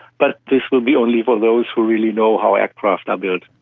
but this would be only for those who really know how aircraft are built.